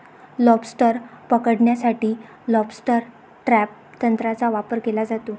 lobster पकडण्यासाठी lobster trap तंत्राचा वापर केला जातो